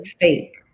Fake